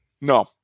No